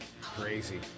crazy